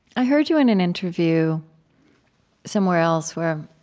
i heard you in an interview somewhere else where